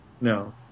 No